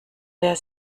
der